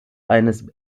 eines